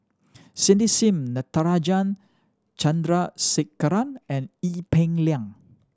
Cindy Sim Natarajan Chandrasekaran and Ee Peng Liang